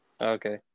okay